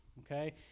okay